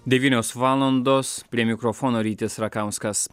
devynios valandos prie mikrofono rytis rakauskas